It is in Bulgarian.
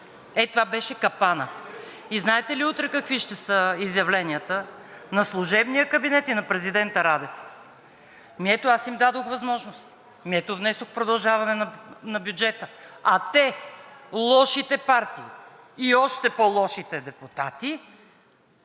Ето това беше капанът. И знаете ли утре какви ще са изявленията на служебния кабинет и на президента Радев? Ами ето, аз им дадох възможност – ето внесох продължаване на бюджета, а те, лошите партии и още по лошите депутати,